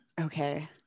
okay